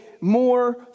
more